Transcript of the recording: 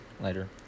Later